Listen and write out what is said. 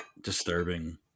disturbing